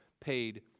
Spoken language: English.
paid